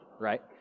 right